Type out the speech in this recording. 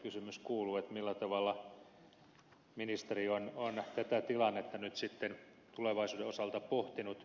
kysymys kuuluu millä tavalla ministeri on tätä tilannetta nyt sitten tulevaisuuden osalta pohtinut